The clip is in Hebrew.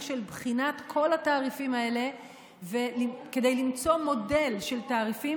של בחינת כל התעריפים האלה כדי למצוא מודל של תעריפים